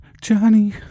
Johnny